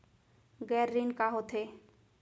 गैर ऋण का होथे?